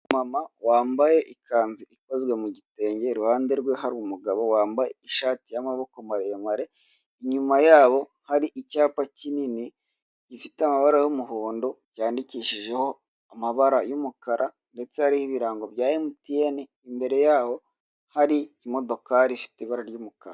Mama wambaye ikanzu ikozwe mu gitenge, iruhande rwe hari umugabo wambaye ishati y'amaboko maremare, inyuma yabo hari icyapa kinini gifite amabara y'umuhondo cyandikishijeho amabara y'umukara ndetse hari ibirango bya MTN, imbere yaho hari imodokari ifite ibara ry'umukara.